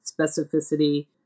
specificity